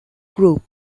group